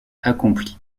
accompli